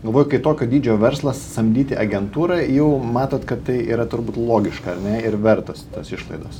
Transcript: galvoju kai kitokio dydžio verslas samdyti agentūrą jau matot kad tai yra turbūt logiška ar ne ir vertos tos išlaidos